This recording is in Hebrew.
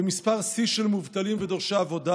למספר שיא של מובטלים ודורשי עבודה